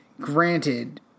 granted